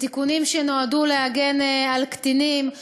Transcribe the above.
בתיקונים שנועדו להגן על קטינים.